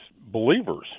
believers